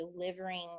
delivering